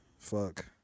Fuck